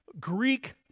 Greek